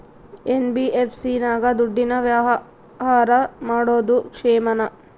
NBFC ನಾಗ ದುಡ್ಡಿನ ವ್ಯವಹಾರ ಮಾಡೋದು ಕ್ಷೇಮಾನ?